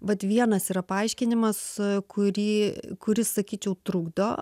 vat vienas yra paaiškinimas kurį kuris sakyčiau trukdo